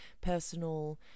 personal